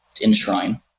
enshrine